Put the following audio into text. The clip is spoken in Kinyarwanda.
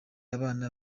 abana